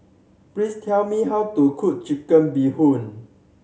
please tell me how to cook Chicken Bee Hoon